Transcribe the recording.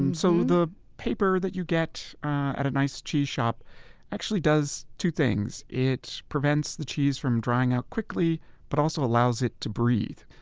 um so the paper that you get at a nice cheese shop actually does two things it prevents the cheese from drying out quickly but also allows it to breathe.